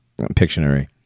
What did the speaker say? Pictionary